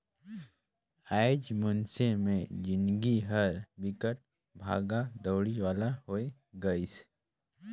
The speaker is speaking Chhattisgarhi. आएज मइनसे मे जिनगी हर बिकट भागा दउड़ी वाला होये गइसे